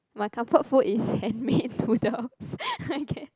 my comfort food is handmade noodle